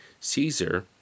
Caesar